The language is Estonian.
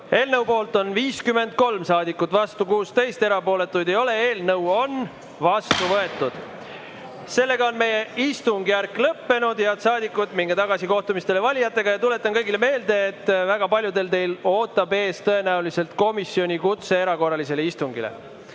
Eelnõu poolt on 53 saadikut, vastu 16, erapooletuid ei ole, eelnõu on vastu võetud. Meie istungjärk on lõppenud. Head saadikud, minge tagasi kohtumistele valijatega. Ja tuletan kõigile meelde, et väga paljusid teist ootab tõenäoliselt ees komisjoni kutse erakorralisele istungile.